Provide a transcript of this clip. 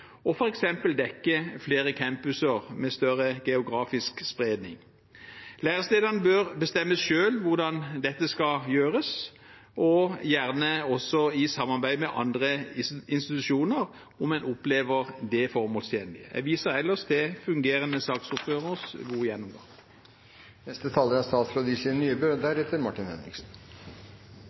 og f.eks. dekke flere campuser med større geografisk spredning. Lærestedene bør bestemme selv hvordan dette skal gjøres, og gjerne også i samarbeid med andre institusjoner om en opplever det formålstjenlig. Jeg viser ellers til fungerende saksordførers gode gjennomgang. Studentenes kamp for å få studentombud er